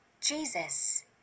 Jesus